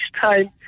time